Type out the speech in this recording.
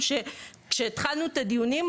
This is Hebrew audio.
כשהתחלנו את הדיונים,